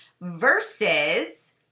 versus